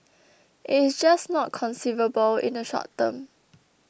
it is just not conceivable in the short term